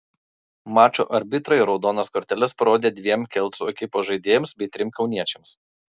mačo arbitrai raudonas korteles parodė dviem kelcų ekipos žaidėjams bei trim kauniečiams